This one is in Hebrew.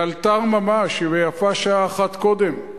לאלתר ממש, ויפה שעה אחת קודם.